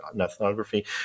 ethnography